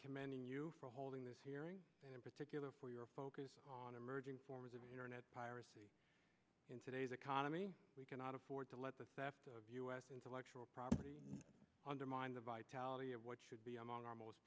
commending you for holding this hearing and in particular for your focus on emerging forms of internet piracy in today's economy we cannot afford to let the theft of u s intellectual property undermine the vitality of what should be among our most